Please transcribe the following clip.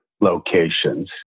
locations